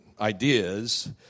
ideas